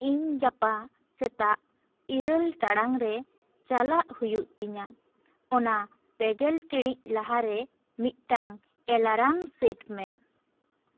ᱤᱧ ᱜᱟᱯᱟ ᱥᱮᱛᱟᱜ ᱤᱨᱟᱹᱞ ᱴᱟᱲᱟᱝ ᱨᱮ ᱪᱟᱞᱟᱜ ᱦᱩᱭᱩᱜ ᱛᱤᱧᱟ ᱚᱱᱟ ᱯᱮᱜᱮᱞ ᱴᱤᱲᱤᱡ ᱞᱟᱦᱟ ᱨᱮ ᱢᱤᱫᱴᱟᱝ ᱮᱞᱟᱨᱟᱢ ᱥᱮᱴ ᱢᱮ